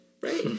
Right